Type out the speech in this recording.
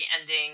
ending